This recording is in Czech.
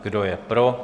Kdo je pro?